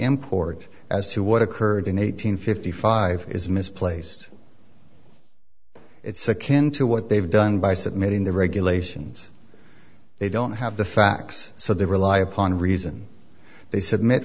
import as to what occurred in eight hundred fifty five is misplaced it's akin to what they've done by submitting the regulations they don't have the facts so they rely upon reason they submit